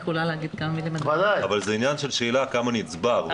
אבל זה עניין של כמה נצבר.